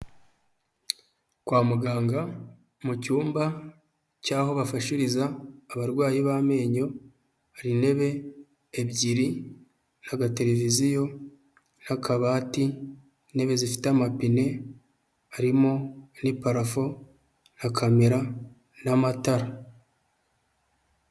Kwa muganga mu cyumba cyaho bafashiriza abarwayi b'amenyo, hari intebe ebyiri n'aga televiziyo n'akabati, intebe zifite amapine , harimo n'iparafo n'akamera n'amatara.